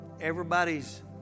everybody's